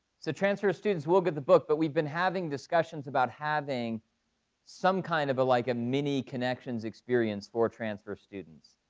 so transfer students will get the book, but we've been having discussions about having some kind of a like mini connections experience for transfer students.